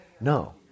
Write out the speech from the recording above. No